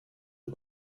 aux